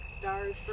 stars